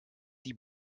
die